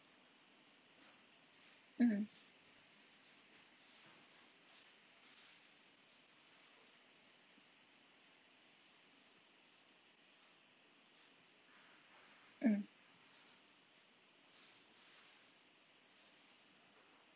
mm mm